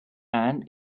and